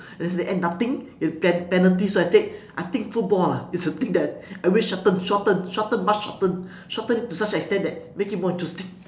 then in the end nothing you have pen~ penalty so I said I think football ah is the thing that I will shorten shorten much shorten shorten it to such an extent that make it more interesting